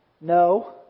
No